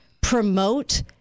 promote